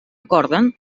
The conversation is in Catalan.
acorden